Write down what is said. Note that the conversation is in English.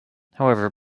however